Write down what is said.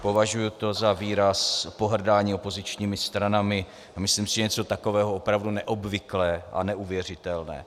Považuji to za výraz pohrdání opozičními stranami a myslím si, že něco takového je opravdu neobvyklé a neuvěřitelné.